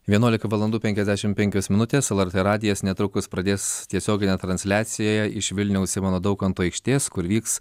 vienuolika valandų penkiasdešim penkios minutės lrt radijas netrukus pradės tiesioginę transliaciją iš vilniaus simono daukanto aikštės kur vyks